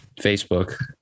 Facebook